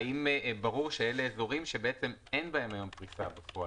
האם ברור שאלה אזורים שאין בהם היום פריסה בפועל?